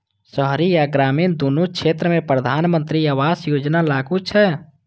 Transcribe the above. शहरी आ ग्रामीण, दुनू क्षेत्र मे प्रधानमंत्री आवास योजना लागू छै